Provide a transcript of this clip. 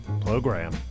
program